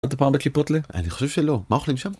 היית פעם בקיפוטלה? אני חושב שלא, מה אוכלים שם?